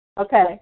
Okay